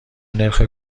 نرخ